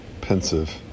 pensive